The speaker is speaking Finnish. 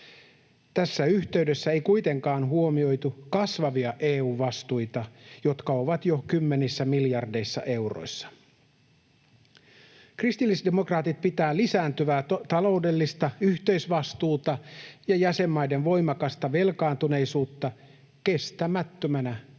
Tässä yhteydessä ei kuitenkaan huomioitu kasvavia EU-vastuita, jotka ovat jo kymmenissä miljardeissa euroissa. Kristillisdemokraatit pitää lisääntyvää taloudellista yhteisvastuuta ja jäsenmaiden voimakasta velkaantuneisuutta kestämättömänä